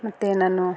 ಮತ್ತು ನಾನು